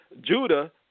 Judah